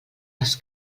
les